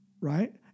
right